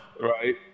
Right